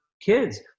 kids